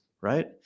right